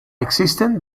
existen